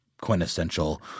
quintessential